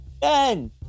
Ben